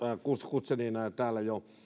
guzenina täällä ne jo